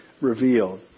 revealed